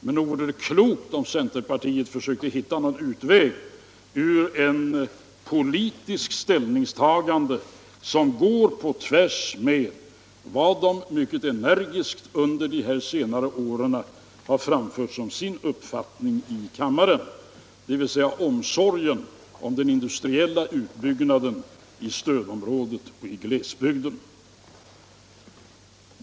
Men nog vore det klokt om centerpartisterna försökte hitta en utväg ur ett politiskt ställningstagande som går på tvärs med vad de under senare år mycket energiskt framfört som sin uppfattning i kammaren — dvs. omsorgen om den industriella utbyggnaden i stödområdet och glesbygden.